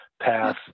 path